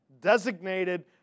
designated